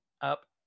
up